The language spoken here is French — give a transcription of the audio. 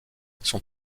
son